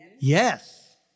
Yes